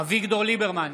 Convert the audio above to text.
אביגדור ליברמן,